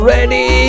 Ready